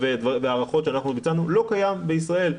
והערכות שאנחנו ביצענו לא קיים בישראל.